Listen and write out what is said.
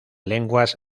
lenguas